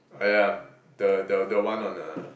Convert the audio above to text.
I am the the the one on the